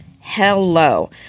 Hello